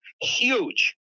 huge